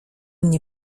mnie